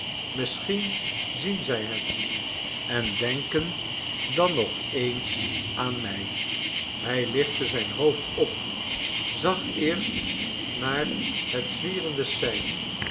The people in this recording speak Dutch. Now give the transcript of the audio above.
misschien zien zij het en denken dan nog eens aan mij hij lichtte zijn hoofd op zag eerst naar het zwierende sein